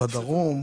תמריץ.